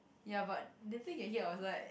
ya but later he can hear outside